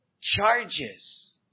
charges